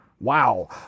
Wow